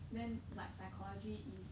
then like psychology is